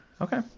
okay